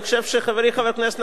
חברי חבר הכנסת נחמן שי,